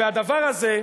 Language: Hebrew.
והדבר הזה,